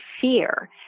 fear